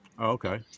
okay